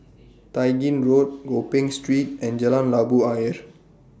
Tai Gin Road Gopeng Street and Jalan Labu Ayer